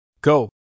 Go